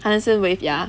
henderson waves ya